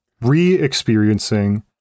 re-experiencing